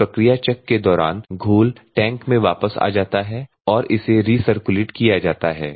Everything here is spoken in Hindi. इस प्रक्रिया चक्र के दौरान घोल टैंक में वापस आ जाता है और इसे रीसर्कुलेट किया जाता है